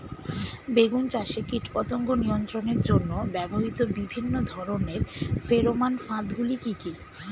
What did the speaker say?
বেগুন চাষে কীটপতঙ্গ নিয়ন্ত্রণের জন্য ব্যবহৃত বিভিন্ন ধরনের ফেরোমান ফাঁদ গুলি কি কি?